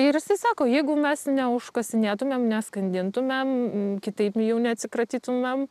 ir jisai sako jeigu mes neužkasinėtumėm neskandintumėm kitaip jų neatsikratytumėm